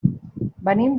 venim